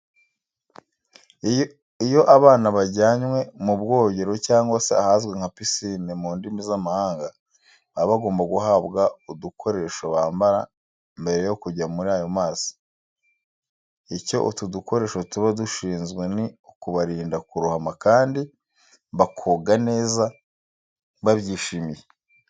Iyo abana bajyanwe mu bwogero cyangwa se ahazwi nka pisine mu ndimi z'amahanga, baba bagomba guhabwa udukoresho bambara mbere yo kujya muri ayo mazi. Icyo utu dukoresho tuba dushinzwe ni ukubarinda kurohama kandi bakoga neza babyishimiye.